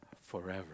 forever